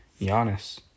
Giannis